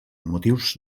motius